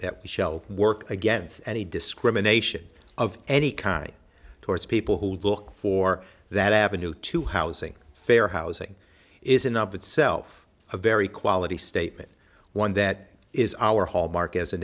that shell work against any discrimination of any kind towards people who look for that avenue to housing fair housing is enough itself a very quality statement one that is our hallmark as a